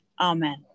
Amen